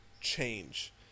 change